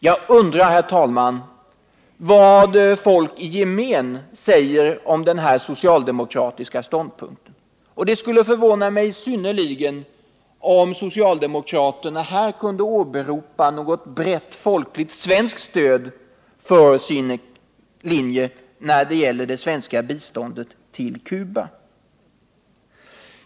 Jag undrar vad folk i gemen säger om den 2 maj 1979 socialdemokratiska ståndpunkten. Det skulle förvåna mig synnerligen om socialdemokraterna kunde åberopa något brett folkligt svenskt stöd för sin linje när det gäller det svenska biståndet till Cuba.